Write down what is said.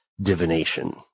divination